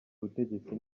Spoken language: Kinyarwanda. ubutegetsi